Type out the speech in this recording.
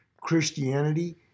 Christianity